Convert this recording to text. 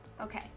Okay